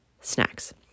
snacks